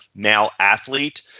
male athlete.